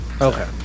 Okay